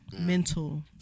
mental